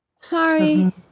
Sorry